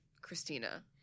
Christina